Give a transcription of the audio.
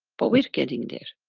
but we're getting there,